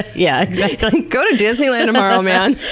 yeah yeah go to disneyland tomorrow, man.